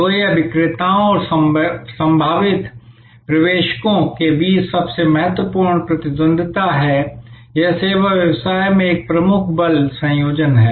तो यह विक्रेताओं और संभावित प्रवेशकों के बीच सबसे महत्वपूर्ण प्रतिद्वंद्विता है यह सेवा व्यवसाय में एक प्रमुख बल संयोजन है